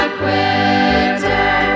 quitter